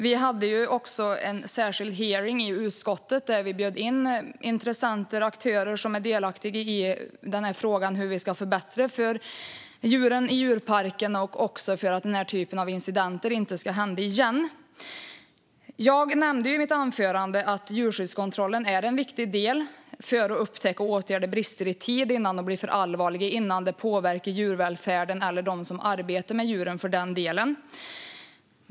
Vi hade också en särskild hearing i utskottet, där vi bjöd in intressenter och aktörer som är delaktiga i frågan, om hur vi ska förbättra för djuren i djurparkerna och också för att den här typen av incidenter inte ska hända igen. Jag nämnde i mitt anförande att djurskyddskontrollen är en viktig del i att upptäcka och åtgärda brister innan de blir för allvarliga och innan det påverkar djurvälfärden eller dem som arbetar med djuren, för den delen.